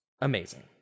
Amazing